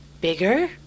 bigger